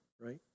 right